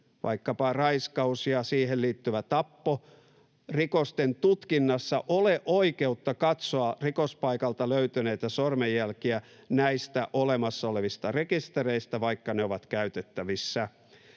vaikkapa raiskaus- ja siihen liittyvien tapporikosten tutkinnassa ole oikeutta katsoa rikospaikalta löytyneitä sormenjälkiä näistä olemassa olevista rekistereistä, vaikka ne ovat käytettävissä.